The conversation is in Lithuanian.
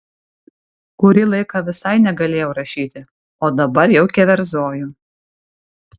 kurį laiką visai negalėjau rašyti o dabar jau keverzoju